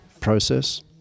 process